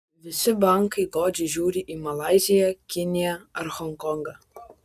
visi bankai godžiai žiūri į malaiziją kiniją ar honkongą